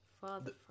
Father